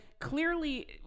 clearly